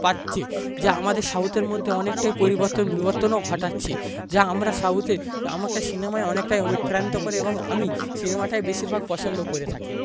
পারছে যা আমাদের সাউথের মধ্যে অনেকটাই পরিবর্তন বিবর্তনও ঘটাচ্ছে যা আমরা সাউথে আমাকে সিনেমায় অনেকটাই অনুপ্রাণিত করে এবং আমি সিনেমাটাই বেশিরভাগ পছন্দ করে থাকি